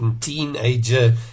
Teenager